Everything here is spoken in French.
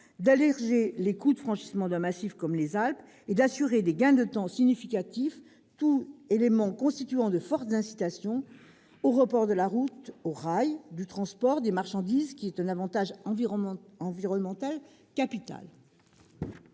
d'alléger les coûts de franchissement d'un massif comme les Alpes et d'assurer des gains de temps significatifs. Tous ces éléments constituent de fortes incitations au report de la route au rail du transport des marchandises, qui constitue un avantage environnemental capital.